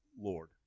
Lord